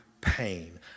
pain